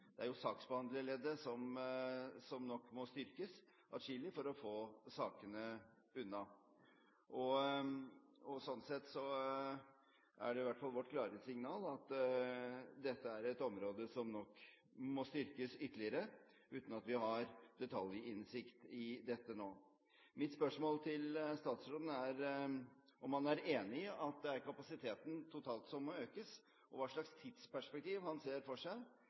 Nå er jo ikke 10 mill. kr til ny ledelse all verdens midler i forhold til den kapasitetsutfordringen som synes å være i fylkesnemndene. Det er saksbehandlerleddet som nok må styrkes atskillig for å få sakene unna. Slik sett er det i hvert fall vårt klare signal at dette er et område som må styrkes ytterligere, uten at vi har detaljinnsikt i dette nå. Mitt spørsmål til statsråden er om han er enig i at det er kapasiteten totalt som må økes,